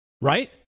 right